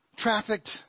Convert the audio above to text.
trafficked